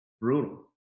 brutal